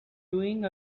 doing